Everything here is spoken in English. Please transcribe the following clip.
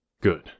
Good